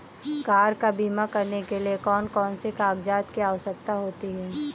Car का बीमा करने के लिए कौन कौन से कागजात की आवश्यकता होती है?